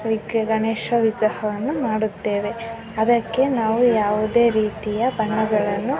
ವಿಗ್ ಗಣೇಶ ವಿಗ್ರಹವನ್ನು ಮಾಡುತ್ತೇವೆ ಅದಕ್ಕೆ ನಾವು ಯಾವುದೇ ರೀತಿಯ ಬಣ್ಣಗಳನ್ನು